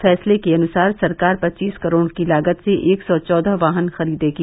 फैसले के अनुसार सरकार पचीस करोड़ की लागत से एक सौ चौदह वाहन खरीदेगी